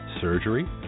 surgery